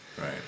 Right